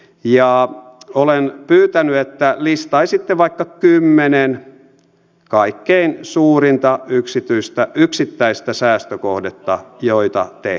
ja olen pyytänyt että listaisitte vaikka kymmenen kaikkein suurinta yksittäistä säästökohdetta joita te kannatatte